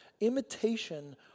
Imitation